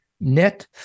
net